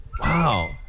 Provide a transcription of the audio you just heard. Wow